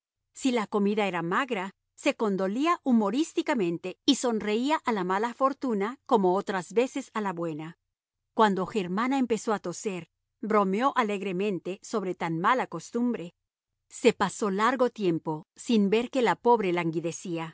si la comida era magra se condolía humorísticamente y sonreía a la mala fortuna como otras veces a la buena cuando germana empezó a toser bromeó alegremente sobre tan mala costumbre se pasó largo tiempo sin ver que la pobre languidecía